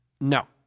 No